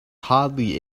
hardly